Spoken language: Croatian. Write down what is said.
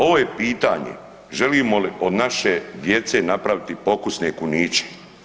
Ovo je pitanje, želimo li od naše djece napraviti pokusne kuniće?